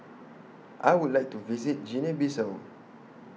I Would like to visit Guinea Bissau